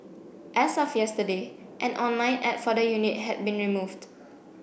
as of yesterday an online ad for the unit had been removed